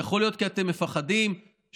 יכול להיות שזה כי אתם מפחדים שאולי